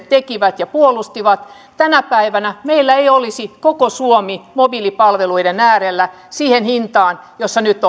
tekivät ja puolustivat tänä päivänä meillä ei olisi koko suomi mobiilipalveluiden äärellä siihen hintaan kuin se nyt